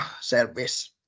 service